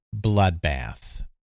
bloodbath